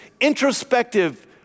introspective